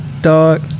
Dog